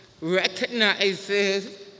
recognizes